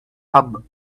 hub